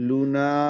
Luna